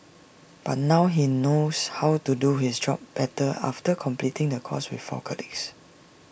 but now he knows how to do his job better after completing the course with four colleagues